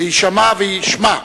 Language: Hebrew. ויישמע וישמע.